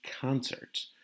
concert